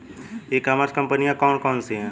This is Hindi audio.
ई कॉमर्स कंपनियाँ कौन कौन सी हैं?